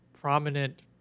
prominent